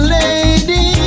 lady